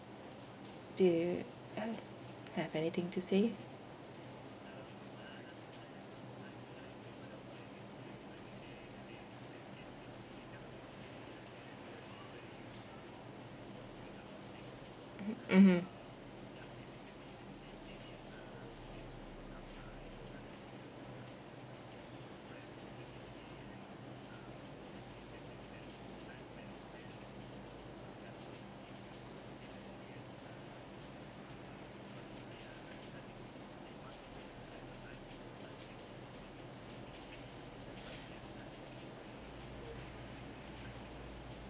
do you have have anything to say mm mmhmm